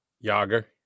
yager